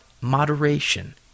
moderation